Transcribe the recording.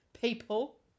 People